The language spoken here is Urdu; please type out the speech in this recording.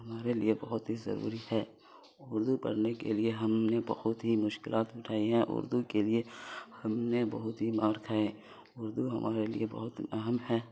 ہمارے لیے بہت ہی ضروری ہے اردو پڑھنے کے لیے ہم نے بہت ہی مشکلات اٹھائی ہیں اردو کے لیے ہم نے بہت ہی مار کھائے اردو ہمارے لیے بہت اہم ہے